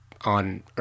on